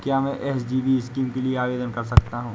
क्या मैं SGB scheme के लिए आवेदन कर सकता हूँ?